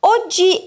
Oggi